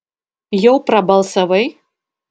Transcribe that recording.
jau prabalsavai